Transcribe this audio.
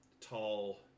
tall